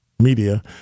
media